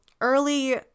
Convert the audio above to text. early